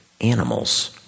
animals